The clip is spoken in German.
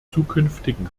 zukünftigen